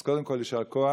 אז קודם כול יישר כוח,